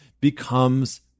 becomes